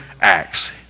acts